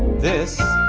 this,